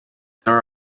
there